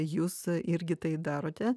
jūs irgi tai darote